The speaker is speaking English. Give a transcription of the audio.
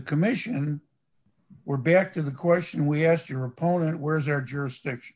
commission we're back to the question we asked your opponent where's or jurisdiction